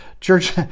Church